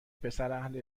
پسراهل